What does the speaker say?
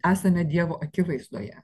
esame dievo akivaizdoje